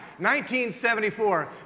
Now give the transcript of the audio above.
1974